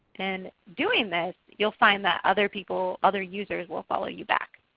in doing this, you will find that other people, other users will follow you back.